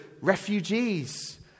refugees